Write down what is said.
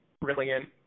brilliant